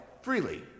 freely